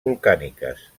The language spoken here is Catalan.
volcàniques